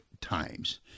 times